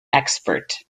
expert